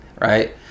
right